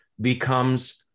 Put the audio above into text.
becomes